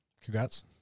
Congrats